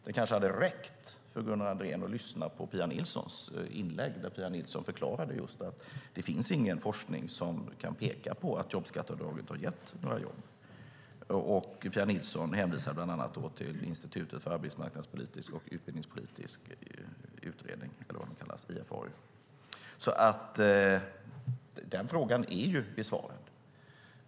Det kanske hade räckt för Gunnar Andrén att lyssna på Pia Nilssons inlägg. Pia Nilsson förklarade just att det inte finns någon forskning som kan peka på att jobbskatteavdraget har gett några jobb. Pia Nilsson hänvisar bland annat till Institutet för arbetsmarknads och utbildningspolitisk utvärdering, IFAU. Den frågan är alltså besvarad.